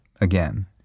again